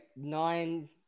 nine